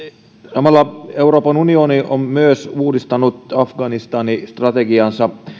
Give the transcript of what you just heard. samalla euroopan unioni on myös uudistanut afganistan strategiaansa